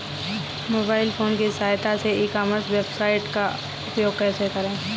Mobile phone की सहायता से ई कॉमर्स वेबसाइट का उपयोग कैसे करें?